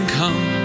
come